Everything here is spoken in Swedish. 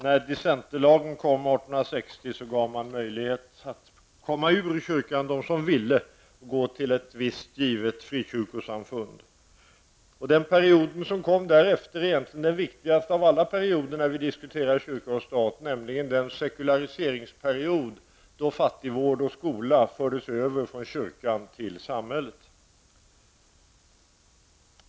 När dissenterlagen kom 1860 gavs möjlighet för dem som ville att gå ur kyrkan och gå till ett visst givet frikyrkosamfund. Den perioden som kom därefter är egentligen den viktigaste av alla perioder när man diskuterar kyrka och stat, nämligen den sekulariseringsperiod då fattigvård och skola fördes över från kyrkan till samhället.